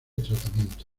tratamiento